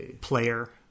player